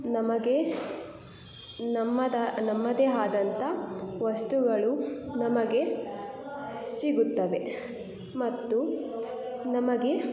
ನಮಗೆ ನಮ್ಮದೇ ನಮ್ಮದೇ ಆದಂಥ ವಸ್ತುಗಳು ನಮಗೆ ಸಿಗುತ್ತವೆ ಮತ್ತು ನಮಗೆ